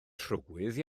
trywydd